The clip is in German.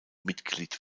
mitglied